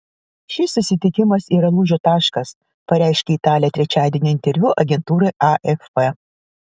šis susitikimas yra lūžio taškas pareiškė italė trečiadienį interviu agentūrai afp